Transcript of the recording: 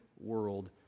world